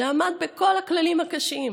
שעמד בכל הכללים הקשים,